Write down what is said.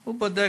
הוא בודק